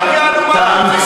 שפעם אחת יענו מה הם רוצים.